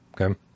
Okay